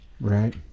Right